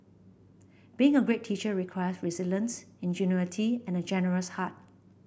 being a great teacher requires resilience ingenuity and a generous heart